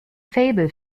faible